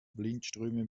blindströme